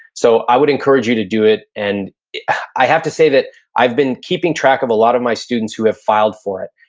so i would encourage you to do it. and i have to say that i've been keeping track of a lot of my students who have filed for it.